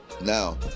Now